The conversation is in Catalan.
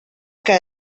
que